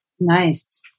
Nice